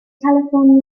telephoned